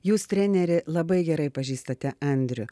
jūs treneri labai gerai pažįstate andrių